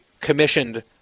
commissioned